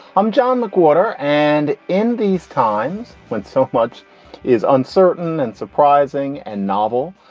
i'm john mcwhorter. and in these times, when so much is uncertain and surprising and novel,